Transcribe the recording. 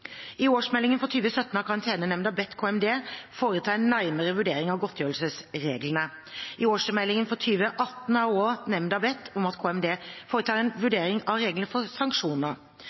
I årsmeldingen for 2017 har Karantenenemnda bedt KMD foreta en nærmere vurdering av godtgjørelsesreglene. I årsmeldingen for 2018 har nemnda også bedt om at KMD foretar en vurdering av reglene for sanksjoner.